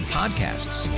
podcasts